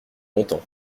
longtemps